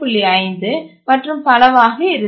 5 மற்றும் பலவாக இருந்தது